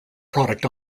product